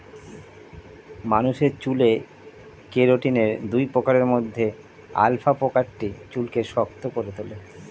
মানুষের চুলে কেরাটিনের দুই প্রকারের মধ্যে আলফা প্রকারটি চুলকে শক্ত করে তোলে